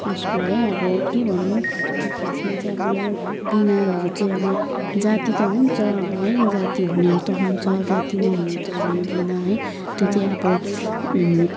यसको है अब के भन्नु खासमा चाहिँ अब यो बिमारहरू चाहिँ अब जाती त हुन्छ अब है जाती हुनेहरू त हुन्छ जाती नहुनेहरू त अब हुँदैन है त्यो चाहिँ अब